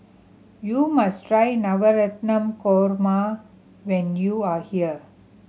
you must try Navratan Korma when you are here